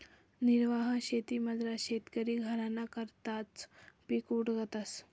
निर्वाह शेतीमझार शेतकरी घरना करताच पिक उगाडस